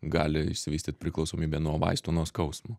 gali išsivystyt priklausomybė nuo vaistų nuo skausmo